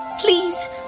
Please